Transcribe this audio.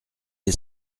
est